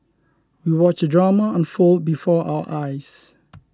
we watched the drama unfold before our eyes